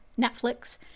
Netflix